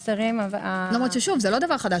-- למרות שזה לא חדש.